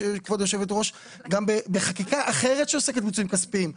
גם בחקיקה אחרת שעוסקת בעיצומים כספיים.